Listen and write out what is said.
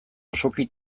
osoki